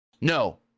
No